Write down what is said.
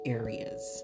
areas